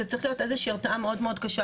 אז צריכה להיות איזה שהיא הרתעה מאוד קשה,